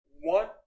one